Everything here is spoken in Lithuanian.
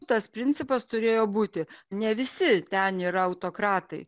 tas principas turėjo būti ne visi ten yra autokratai